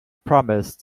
promised